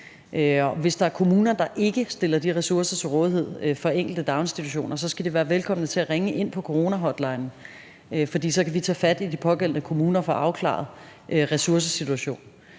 hvis der er kommuner, der ikke stiller de ressourcer til rådighed for enkelte daginstitutioner, skal man være velkommen til at ringe til coronahotlinen, for så kan vi tage fat i de pågældende kommuner og få afklaret ressourcesituationen.